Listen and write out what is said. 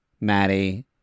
Maddie